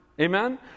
Amen